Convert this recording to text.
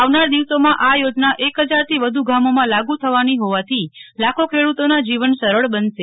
આવનાર દિવસોમાં આ યોજના એક ફજારથી વધુકામોમાં લાગુ થવાની હોવાથી લાખો ખેડુતોના જીવન સરળ બનશે